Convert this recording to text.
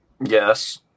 Yes